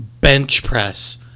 bench-press